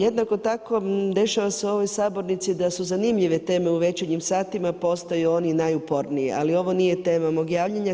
Jednako tako, dešava se u ovoj sabornici da su zanimljive teme u večernjim satima pa ostaju oni i najuporniji ali ovo nije tema mog javljanja.